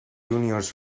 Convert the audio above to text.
juniors